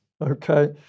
Okay